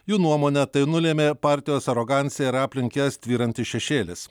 jų nuomone tai nulėmė partijos arogancija ir aplink jas tvyrantis šešėlis